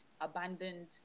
abandoned